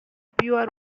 pure